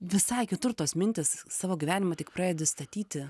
visai kitur tos mintys savo gyvenimą tik pradedi statyti